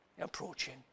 approaching